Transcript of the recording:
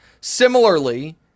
Similarly